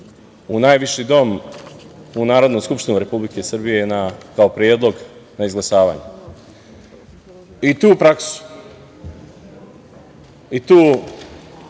u najviši dom, u Narodnu skupštinu Republike Srbije kao predlog na izglasavanje. I tu praksu, i tu